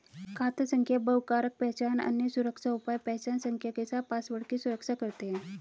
खाता संख्या बहुकारक पहचान, अन्य सुरक्षा उपाय पहचान संख्या के साथ पासवर्ड की सुरक्षा करते हैं